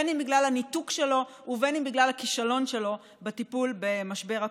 אם בגלל הניתוק שלו ואם בגלל הכישלון שלו בטיפול במשבר הקורונה.